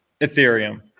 Ethereum